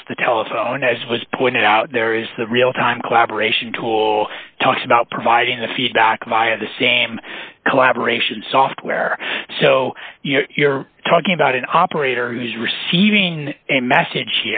just the telephone as was pointed out there is the real time collaboration tool talk about providing the feedback via the same collaboration software so you know you're talking about an operator who is receiving a message